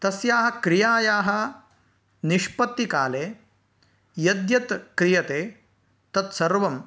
तस्याः क्रियायाः निष्पत्तिकाले यद्यत् क्रियते तत्सर्वं